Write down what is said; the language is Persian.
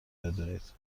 بدونید